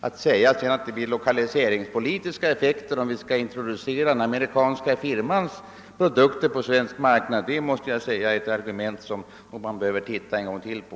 Att säga att det blir lokaliseringspolitiska effekter, om vi skall introducera den amerikanska firmans produkter på svensk marknad är att använda ett argument som man måste nog se en gång till på.